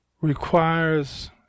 requires